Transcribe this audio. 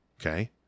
Okay